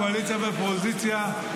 קואליציה ואופוזיציה.